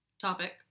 topic